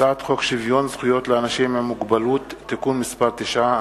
הצעת חוק שוויון זכויות לאנשים עם מוגבלות (תיקון מס' 9),